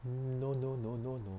no no no no no